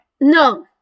No